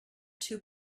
two